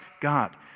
God